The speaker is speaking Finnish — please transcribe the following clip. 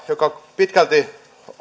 joka pitkälti